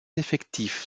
effectifs